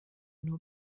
nur